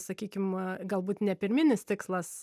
sakykim galbūt ne pirminis tikslas